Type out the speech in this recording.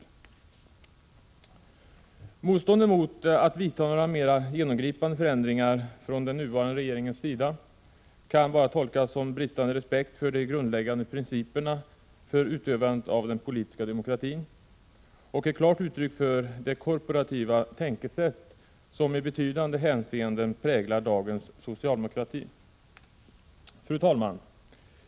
Den nuvarande regeringens motstånd mot att vidta några mera genomgripande förändringar kan bara tolkas som bristande respekt för de grundläggande principerna för utövandet av den politiska demokratin och ett klart uttryck för det korporativa tänkesätt som i betydande hänseenden präglar dagens socialdemokrati. Fru talman!